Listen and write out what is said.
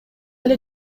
эле